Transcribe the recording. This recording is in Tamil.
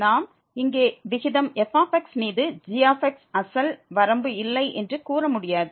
நாம் இங்கே விகிதம் f மீது g அசல் வரம்பு இல்லை என்று கூற முடியாது